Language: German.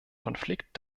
konflikt